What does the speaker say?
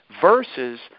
versus